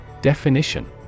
Definition